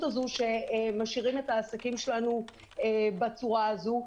הזאת שמשאירים את העסקים שלנו בצורה הזו.